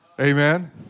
Amen